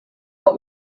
but